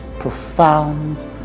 Profound